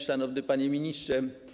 Szanowny Panie Ministrze!